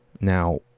Now